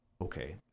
Okay